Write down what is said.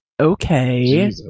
Okay